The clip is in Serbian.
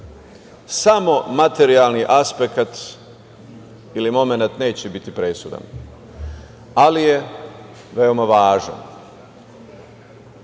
samo materijalni aspekat ili momenat neće biti presudan, ali je veoma važan.